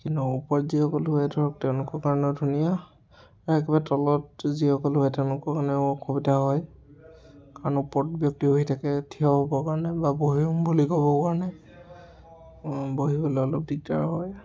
কিন্তু ওপৰত যিসকল শুৱে ধৰক তেওঁলোকৰ কাৰণে ধুনীয়া একেবাৰে তলত যিসকল শুৱে তেওঁলোকৰ কাৰণেও অসুবিধা হয় কাৰণ ওপৰত ব্যক্তি শুই থাকে থিয় হ'বৰ কাৰণে বা বহিম বুলি ক'বৰ কাৰণে বহিবলৈ অলপ দিগদাৰ হয়